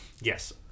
Yes